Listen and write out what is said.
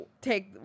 take